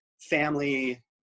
family